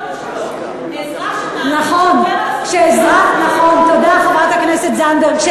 מי ששואל שוטר מה הסמכויות שלו.